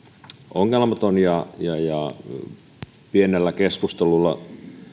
ongelmaton ja on pienellä keskustelulla